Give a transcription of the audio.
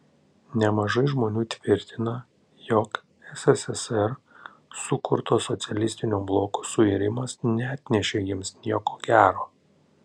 nemažai žmonių tvirtina jog sssr sukurto socialistinio bloko suirimas neatnešė jiems nieko gero